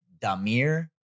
Damir